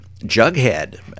Jughead